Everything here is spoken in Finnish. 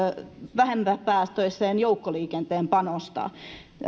vähempipäästöiseen joukkoliikenteeseen panostaa